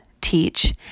teach